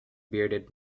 bearded